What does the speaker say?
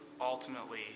ultimately